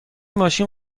ماشین